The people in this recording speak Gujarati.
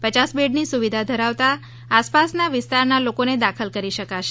પચાસ બેડની સુવિધા ઉપલબ્ધ થતાં આસપાસના વિસ્તારના લોકોને દાખલ કરી શકાશે